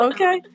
Okay